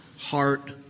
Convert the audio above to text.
heart